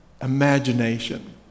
imagination